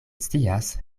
scias